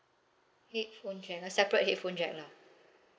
headphone jack ah separate headphone jack lah